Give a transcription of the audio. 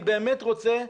אני באמת רוצה,